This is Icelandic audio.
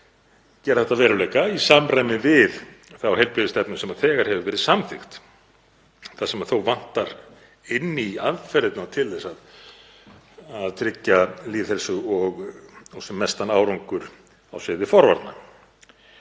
gera þetta að veruleika í samræmi við þá heilbrigðisstefnu sem þegar hefur verið samþykkt, þar sem þó vantar inn í aðferðirnar til að tryggja lýðheilsu og sem mestan árangur á sviði forvarna.